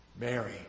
Mary